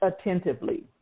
attentively